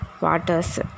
waters